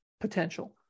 potential